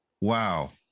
Wow